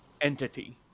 entity